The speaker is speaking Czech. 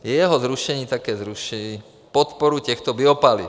Jeho zrušení také zruší podporu těchto biopaliv.